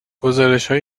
گزارشهای